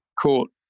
court